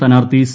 സ്ഥാനാർത്ഥി സി